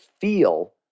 feel